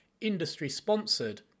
industry-sponsored